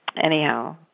anyhow